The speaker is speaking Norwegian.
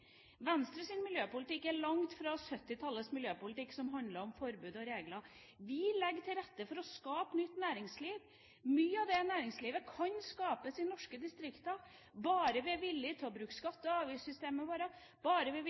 miljøpolitikk er langt fra 1970-tallets miljøpolitikk, som handlet om forbud og regler. Vi legger til rette for å skape nytt næringsliv. Mye av det næringslivet kan skapes i norske distrikter, bare vi er villige til å bruke skatte- og avgiftssystemet vårt, bare vi er